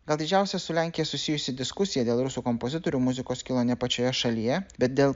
gal didžiausia su lenkija susijusi diskusija dėl rusų kompozitorių muzikos kilo ne pačioje šalyje bet dėl